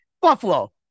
Buffalo